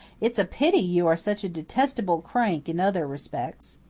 it's a pity you are such a detestable crank in other respects.